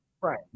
Right